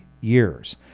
years